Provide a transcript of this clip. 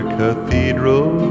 cathedral